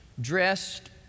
dressed